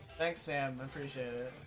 like sam appreciated